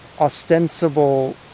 ostensible